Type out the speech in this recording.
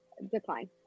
decline